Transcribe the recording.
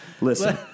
listen